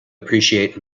appreciate